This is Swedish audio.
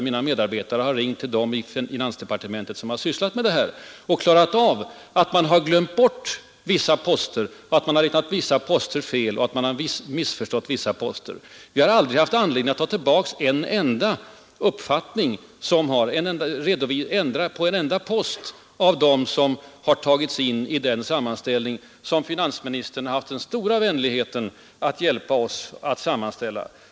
Mina medarbetare har ringt till dem i finansdepartementet som har sysslat med detta och klarat av det. Man hade glömt bort vissa poster, räknat vissa poster fel och missförstått vissa poster. Vi har aldrig haft anledning att ta tillbaka en enda post av dem som tagits in i den sammanställning som finansministern haft den stora vänligheten att hjälpa oss att göra.